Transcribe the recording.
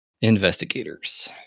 investigators